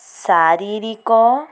ଶାରୀରିକ